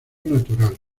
natural